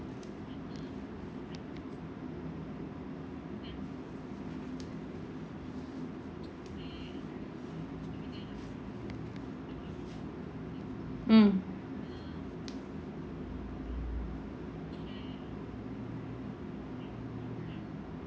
mm